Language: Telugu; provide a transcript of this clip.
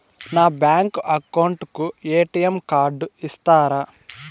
నా బ్యాంకు అకౌంట్ కు ఎ.టి.ఎం కార్డు ఇస్తారా